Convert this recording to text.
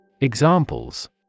Examples